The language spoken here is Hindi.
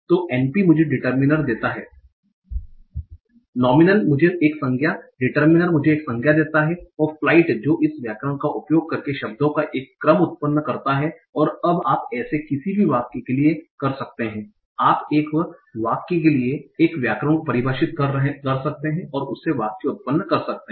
तो NP मुझे डिटर्मिनर देता है नोमीनल मुझे संज्ञा डिटर्मिनर मुझे एक संज्ञा देता है और फ्लाइट जो इस व्याकरण का उपयोग करके शब्दों का एक क्रम उत्पन्न करता है और अब आप ऐसे किसी भी वाक्य के लिए कर सकते हैं आप एक वाक्य के लिए एक व्याकरण को परिभाषित कर सकते हैं और उससे वाक्य उत्पन्न कर सकते हैं